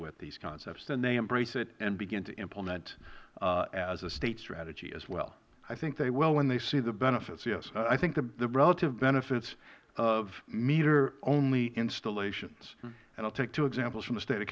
with these concepts then they embrace it and begin to implement it as a state strategy as well mister casey i think they will when they see the benefits yes i think the relative benefits of meter only installations and i will take two examples from the state of